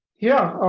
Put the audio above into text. yeah,